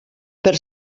per